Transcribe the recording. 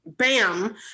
bam